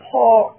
Paul